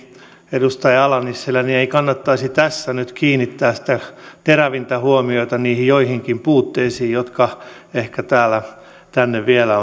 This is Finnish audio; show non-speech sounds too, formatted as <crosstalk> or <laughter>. edustaja ala nissilän ei kannattaisi tässä nyt kiinnittää sitä terävintä huomiota niihin joihinkin puutteisiin jotka ehkä tänne vielä <unintelligible>